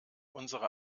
unsere